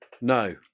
No